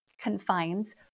confines